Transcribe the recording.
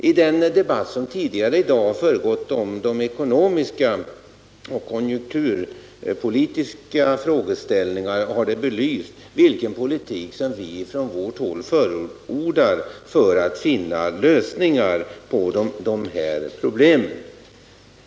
I den debatt som har förts i dag om de ekonomiska och konjunkturpolitiska frågeställningarna har det belysts vilken politik som vi förordar för att finna lösningar på de här problemen.